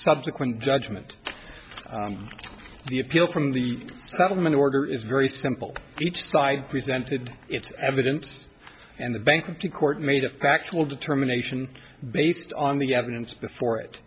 subsequent judgment the appeal from the settlement order is very simple each side presented its evidence and the bankruptcy court made a factual determination based on the evidence before it